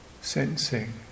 sensing